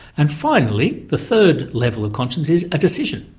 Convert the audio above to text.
and finally the third level of conscience is a decision.